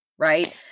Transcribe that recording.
Right